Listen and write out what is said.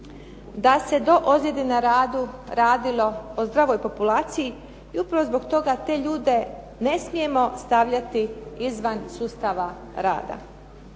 da se do ozljede na radu radilo o zdravoj populaciji i upravo zbog toga te ljude ne smijemo stavljati izvan sustava rada,